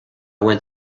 went